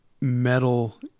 metal